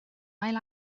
ail